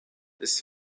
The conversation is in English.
this